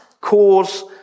cause